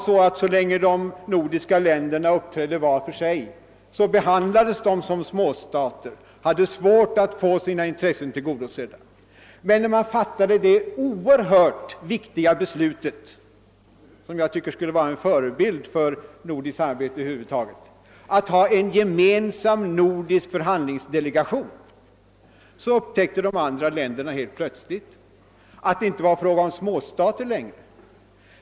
Så länge de nordiska länderna där uppträdde var för sig, behandlades de som små stater och hade svårt att få sina intressen tillgodosedda. Men när man fattade det oerhört viktiga beslutet, som jag tycker skulle vara en förebild för nordiskt samarbete över huvud taget, att ha en gemensam nordisk förhandlingsdelegation, då upptäckte de andra länderna helt plötsligt att det inte längre var fråga om småstater.